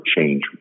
change